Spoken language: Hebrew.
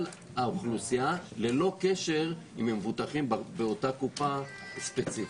האוכלוסייה ללא קשר אם הם מבוטחים באותה קופה ספציפית.